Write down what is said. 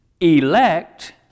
Elect